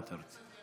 מה אתה רוצה?